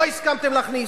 לא הסכמתם להכניס,